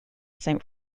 saint